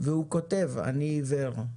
והוא כותב אני עיוור,